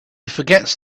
forgets